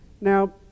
Now